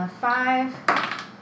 Five